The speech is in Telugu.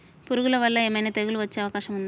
పురుగుల వల్ల ఏమైనా తెగులు వచ్చే అవకాశం ఉందా?